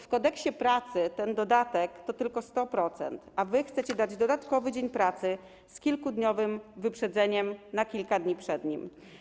W Kodeksie pracy ten dodatek to tylko 100%, a wy chcecie ustanowić dodatkowy dzień pracy z kilkudniowym wyprzedzeniem, na kilka dni przed tym dniem.